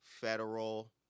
federal